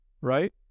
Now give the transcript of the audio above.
right